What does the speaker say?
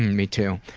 me too.